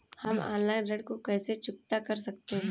हम ऑनलाइन ऋण को कैसे चुकता कर सकते हैं?